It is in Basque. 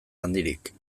handirik